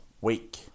week